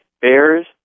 Bears